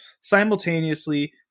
Simultaneously